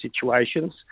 situations